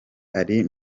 ari